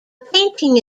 painting